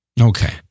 Okay